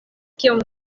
kion